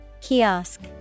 Kiosk